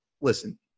listen